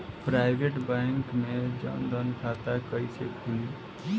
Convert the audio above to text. Private bank मे जन धन खाता कैसे खुली?